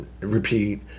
repeat